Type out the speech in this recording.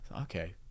okay